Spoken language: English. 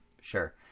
Sure